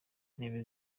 intebe